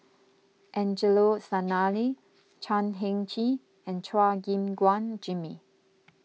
Angelo Sanelli Chan Heng Chee and Chua Gim Guan Jimmy